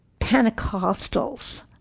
Pentecostals